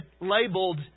labeled